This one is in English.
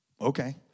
Okay